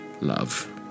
Love